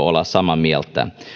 olla samaa mieltä